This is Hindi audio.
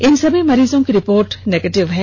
इन सभी मरीजों की रिपोर्ट निगेटिव है